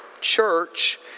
church